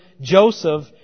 Joseph